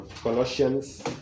Colossians